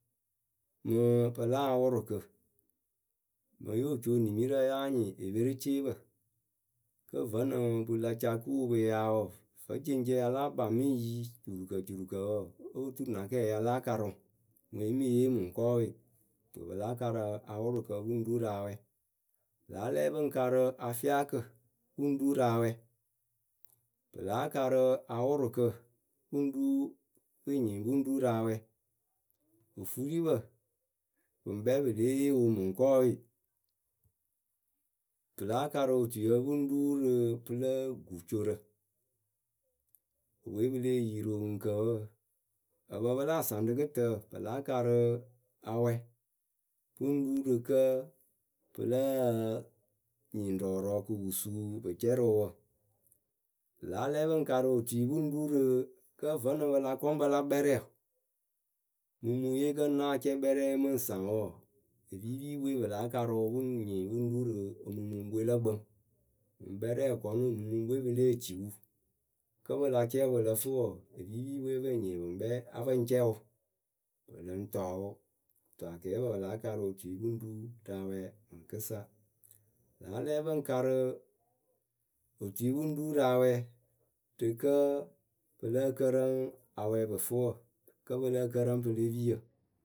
Mɨ pɨla awʊrʊkǝ Mɨŋ yoh co nimirǝ yáa nyɩŋ epereceepǝ Kǝ́ vǝ́nɨŋ pɨ la ca kuu pɨ yaa wɔɔ wǝ́ ceŋceŋ ya láa kpa mɨŋ yi curukǝcurukǝ wɔɔ, óo po turu na kɛɛ ya láa karɨ ŋwɨ. Ŋwee ŋ mɨ yee mɨŋkɔɔwe Kɨto pɨ láa karɨ awʊrʊkǝ pɨ ŋ ru rɨ awɛ. Pɨ láa lɛ pɨ ŋ karǝ afiakǝ pɨ ŋ ru rɨ awɛ Pɨ láa karɨ awʊrʊkǝ pɨ ŋ ru, pɨ ŋ nyɩŋ pɨ ŋ ru rɨ awɛ Ofuripǝ, pɨŋ kpɛ pɨ lée yee wɨ mɨŋkɔɔwe, pɨ láa karɨ otuyǝ pɨ ŋ ru rɨ pɨlǝǝ gucorǝ Epɨ we pɨ lée yi rɨ oŋuŋkǝ wǝǝ. Ǝpǝ pɨ láa saŋ rɨ kɨtǝǝ pɨ láa karǝ awɛ Pɨ ru rɨ kǝ́, pɨ lǝ́ǝ nyɩŋ rɔɔrɔɔ kɨ pɨ suu pɨ cɛ rɨ wɨ wǝ Pɨ láa lɛ pɨ ŋ karɨ otui pɨ ŋ ru rɨ kǝ́ vǝnɨŋ pɨ la kɔŋ pɨ la kpɛrɛwǝ, mumuŋye kǝ́ ŋ náa cɛ kpɛrɛ mɨ ŋ saŋ wɔɔ. epiipiipǝ we pɨ láa karɨ wɨ pɨ ŋ nyɩŋ pɨ ŋ ru rɨ omuŋmuŋpǝ we lǝ kpǝŋ. Mɨŋ kpɛrɛ wɨ kɔnʊ omumuŋpǝ we pɨ lée ciu Kǝ́ pɨ la cɛ pɨ lǝ fɨ wɔɔ, epiipiipǝ we pɨ ŋ nyɩŋ, pɨ ŋkpɛ a pɨ ŋ cɛ wʊ Pɨ lɨŋ tɔɔ wʊ kɨto akɛɛpǝ pɨ láa karɨ otui pɨ ŋ ru rɨ awɛ mɨŋkɨsa. Pɨ láa lɛ pɨ ŋ karɨ. otui pɨ ŋ ru rɨ awɛ rɨ kǝ́ pɨ lǝ́ǝ kǝrǝŋ awɛ pɨ fɨ wǝ, kǝ́ pɨ lǝ́ǝ kǝrǝŋ pɨle piyǝ.